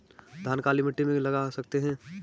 धान काली मिट्टी में लगा सकते हैं?